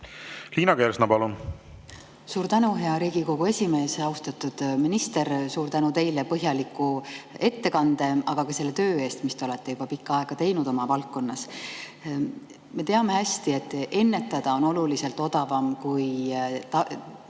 Liina Kersna, palun! Suur tänu, hea Riigikogu esimees! Austatud minister, suur tänu teile põhjaliku ettekande, aga ka selle töö eest, mis te olete juba pikka aega teinud oma valdkonnas! Me teame hästi, et ennetada on oluliselt odavam kui